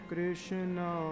Krishna